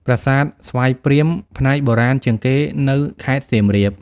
ប្រាសាទស្វាយព្រាម (ផ្នែកបុរាណជាងគេ) នៅ (ខេត្តសៀមរាប)។